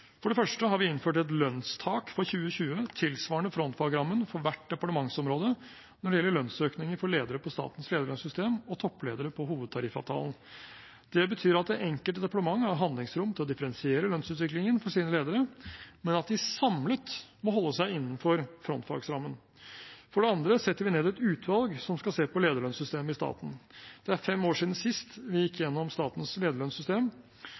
For det første har vi innført et lønnstak for 2020 tilsvarende frontfagsrammen for hvert departementsområde når det gjelder lønnsøkninger for ledere på statens lederlønnssystem og toppledere på hovedtariffavtalen. Det betyr at det enkelte departement har handlingsrom til å differensiere lønnsutviklingen for sine ledere, men at de samlet må holde seg innenfor frontfagsrammen. For det andre setter vi ned et utvalg som skal se på lederlønnssystemet i staten. Det er fem år siden sist vi gikk gjennom statens lederlønnssystem.